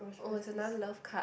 oh it's another love card